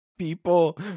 people